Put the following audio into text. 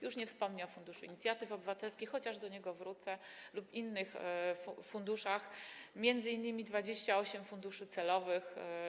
Już nie wspomnę o Funduszu Inicjatyw Obywatelskich, chociaż do niego wrócę, lub innych funduszach, m.in. 28 funduszach celowych.